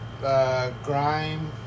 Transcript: Grime